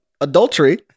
adultery